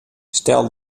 stel